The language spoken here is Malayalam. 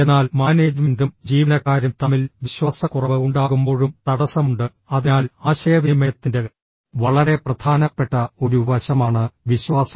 എന്നാൽ മാനേജ്മെന്റും ജീവനക്കാരും തമ്മിൽ വിശ്വാസക്കുറവ് ഉണ്ടാകുമ്പോഴും തടസ്സമുണ്ട് അതിനാൽ ആശയവിനിമയത്തിന്റെ വളരെ പ്രധാനപ്പെട്ട ഒരു വശമാണ് വിശ്വാസം